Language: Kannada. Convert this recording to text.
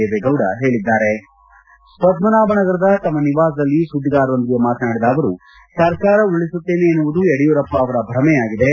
ದೇವೇಗೌಡ ಹೇಳಿದ್ದಾರೆ ಪದ್ದನಾಭನಗರದ ನಿವಾಸದಲ್ಲಿ ಸುದ್ದಿಗಾರರೊಂದಿಗೆ ಮಾತನಾಡಿದ ಅವರು ಸರ್ಕಾರ ಉರುಳಿಸುತ್ತೇನೆ ಎನ್ನುವುದು ಯಡಿಯೂರಪ್ಪ ಅವರ ಭ್ರಮೆಯಾಗಿದೆ